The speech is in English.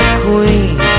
queen